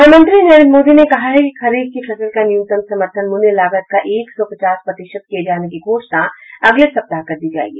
प्रधानमंत्री नरेन्द्र मोदी ने कहा है कि खरीफ की फसल का न्यूनतम समर्थन मूल्य लागत का एक सौ पचास प्रतिशत किये जाने की घोषणा अगले सप्ताह कर दी जायेगी